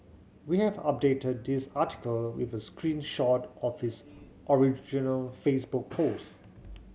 we have updated this article with a screen shot of his original Facebook post